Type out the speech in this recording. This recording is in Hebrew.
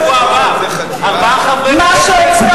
בשבוע הבא ארבעה חברי כנסת